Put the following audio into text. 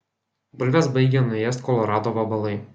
bulves baigia nuėst kolorado vabalai